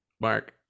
Mark